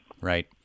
Right